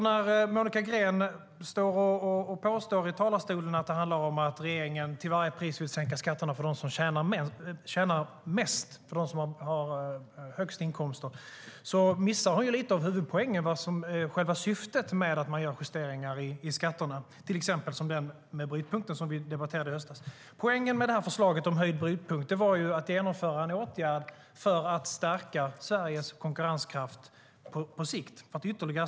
När Monica Green i talarstolen påstår att regeringen till varje pris vill sänka skatterna för dem som tjänar mest, för dem som har högst inkomster, missar hon lite av huvudpoängen, det vill säga själva syftet med justeringar i skatterna - till exempel brytpunkten som vi debatterade i höstas. Poängen med förslaget om höjd brytpunkt var att genomföra en åtgärd för att ytterligare stärka Sveriges konkurrenskraft på sikt.